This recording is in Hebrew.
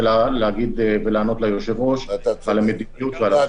להגיד ולענות ליושב-ראש על מדיניות ועל אכיפה.